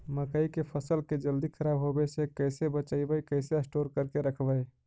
मकइ के फ़सल के जल्दी खराब होबे से कैसे बचइबै कैसे स्टोर करके रखबै?